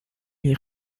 les